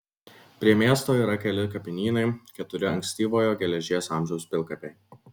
prie miesto yra keli kapinynai keturi ankstyvojo geležies amžiaus pilkapiai